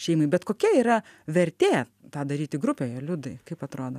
šeimai bet kokia yra vertė tą daryti grupėje liudai kaip atrodo